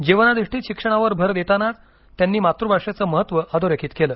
जीवनाधिष्टीत शिक्षणावर भर देतांनाच त्यांनी मातृभाषेचं महत्त्व अधोरेखित केलं